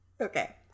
Okay